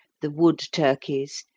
the wood-turkeys,